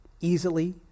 easily